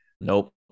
Nope